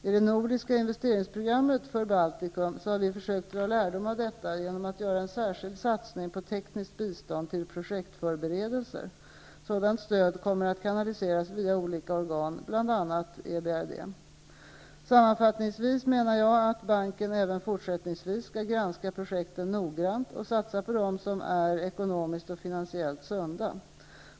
I det nordiska investeringsprogrammet för Baltikum har vi försökt dra lärdom av detta genom att göra en särskild satsning på tekniskt bistånd till projektförberedelser. Sådant stöd kommer att kanaliseras via olika organ, bl.a. EBRD. Sammanfattningsvis menar jag att banken även fortsättningsvis skall granska projekten noggrant och satsa på dem som är ekonomiskt och finansiellt sunda.